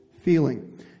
feeling